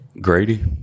Grady